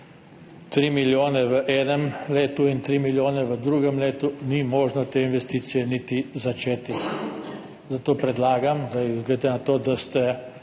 3 milijone v enem letu in 3 milijone v drugem letu, ni možno te investicije niti začeti. Zato predlagam zdaj, glede na to, da ste